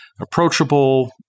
approachable